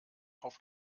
auf